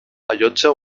allotja